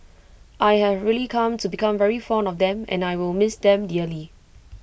I have really come to become very fond of them and I will miss them dearly